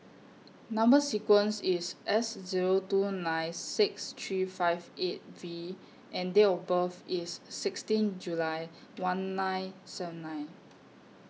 Number sequence IS S Zero two nine six three five eight V and Date of birth IS sixteen July one nine seven nine